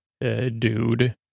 dude